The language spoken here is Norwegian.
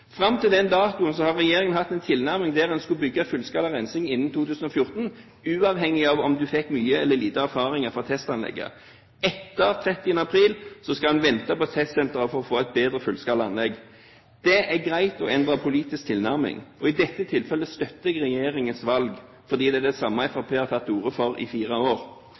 Fram til den datoen har regjeringen hatt den tilnærming at man skulle bygge fullskala rensing innen 2014, uavhengig av om man fikk mye eller lite erfaring fra testanlegget. Etter 30. april skal en vente på testsenteret for å få et bedre fullskala anlegg. Det er greit å endre politisk tilnærming, og i dette tilfellet støtter jeg regjeringens valg, fordi det er det samme Fremskrittspartiet har tatt til orde for i fire år.